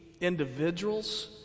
individuals